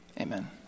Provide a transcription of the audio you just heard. Amen